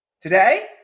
today